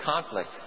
conflict